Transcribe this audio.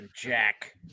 jack